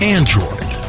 Android